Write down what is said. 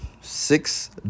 six